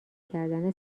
کردن